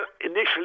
initially